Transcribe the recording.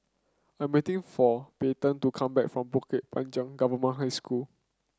I'm waiting for Payton to come back from Bukit Panjang Government High School